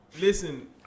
Listen